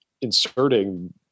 inserting